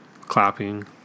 Clapping